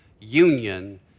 union